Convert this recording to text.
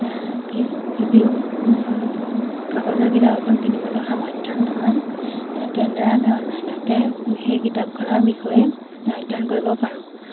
কি যদিও কাগজৰ কিতাপ এখন কিনিবলৈ সামৰ্থ নহয় তেনেদৰে আমি অনলাইনতে সেই কিতাপখনৰ বিষয়ে অধ্যয়ন কৰিব পাৰোঁ